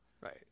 Right